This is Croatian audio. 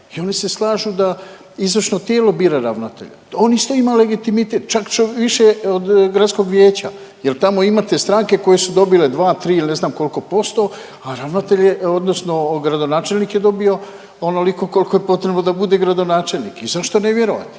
i oni se slažu da izvršno tijelo bira ravnatelja. On isto ima legitimitet, čak što više od gradskog vijeća jel tamo imate stranke koje su dobile dva, tri ili ne znam koliko posto, a ravnatelj je odnosno gradonačelnik je dobio onoliko koliko je potrebno da bude gradonačelnik i zašto ne vjerovati.